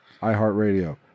iHeartRadio